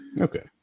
Okay